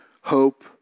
hope